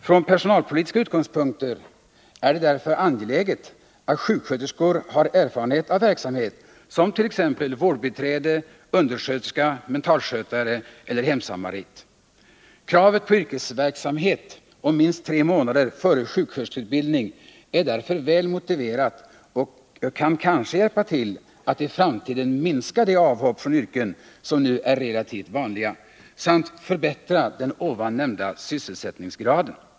Från personalpolitiska utgångspunkter är det därför angeläget att sjuksköterskor har erfarenhet av verksamhet som t.ex. vårdbiträde, undersköterska, mentalskötare eller hemsamarit. Kravet på yrkesverksamhet om minst tre månader före sjuksköterskeutbildning är därför väl motiverat och kan kanske hjälpa till att i framtiden minska de avhopp från yrken som nu är relativt vanliga samt förbättra den nämnda sysselsättningsgraden.